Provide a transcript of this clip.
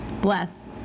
bless